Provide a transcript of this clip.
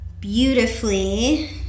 beautifully